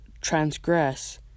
transgress